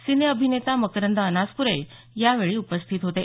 सिनेअभिनेता मकरंद अनासपुरे यावेळी उपस्थित होते